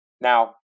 Now